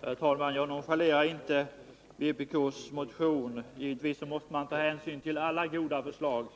Fru talman! Jag nonchalerar inte vpk:s motion. Givetvis måste man ta — Tekniska hjälphänsyn till alla goda förslag.